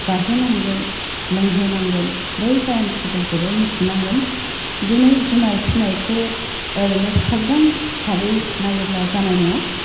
जाहोनांगोन लोंहोनांगोन बै टाइम थिबोलखौबो मिथिनांगोन दिनै जुनार फिसिनायखौ ओरैनो साज्रां भाबै नायोब्ला जानाय नङा